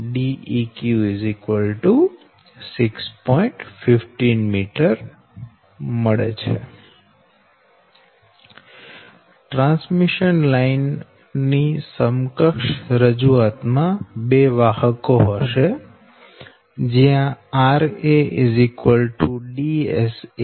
15 m transmission line ની સમકક્ષ રજૂઆત માં બે વાહકો હશે જયાં rA DSA 0